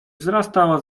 wzrastała